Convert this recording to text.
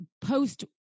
post